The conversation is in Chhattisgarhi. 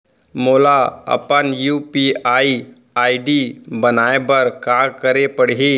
मोला अपन यू.पी.आई आई.डी बनाए बर का करे पड़ही?